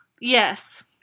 Yes